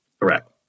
correct